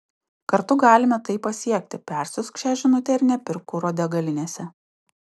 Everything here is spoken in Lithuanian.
kartu galime tai pasiekti persiųsk šią žinute ir nepirk kuro degalinėse